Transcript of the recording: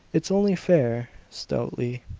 it's only fair, stoutly,